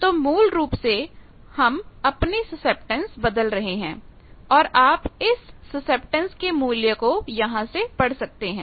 तो मूल रूप से हम अपनी सुसेप्टेंस बदल रहे हैं और आप इस सुसेप्टेंस के मूल्य को यहां से पढ़ सकते हैं